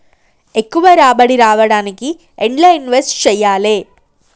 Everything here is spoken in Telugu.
ఎక్కువ రాబడి రావడానికి ఎండ్ల ఇన్వెస్ట్ చేయాలే?